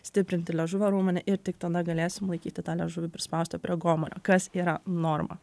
stiprinti liežuvio raumenį ir tik tada galėsim laikyti tą liežuvį prispaustą prie gomurio kas yra norma